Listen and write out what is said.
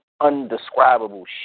undescribable